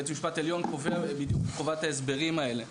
בית משפט עליון קובע את חובת ההסברים האלה.